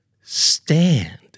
Stand